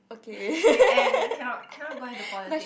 and cannot cannot go into politic